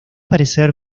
parecer